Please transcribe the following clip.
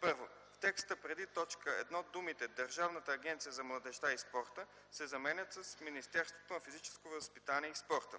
1. В текста преди т. 1 думите „Държавната агенция за младежта и спорта” се заменят с „Министерството на физическото възпитание и спорта”.